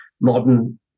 modern